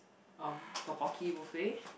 um ddeokbokki buffet